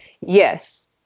Yes